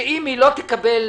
שאם היא לא תקבל,